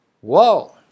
Whoa